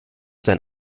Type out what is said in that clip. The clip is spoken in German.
sein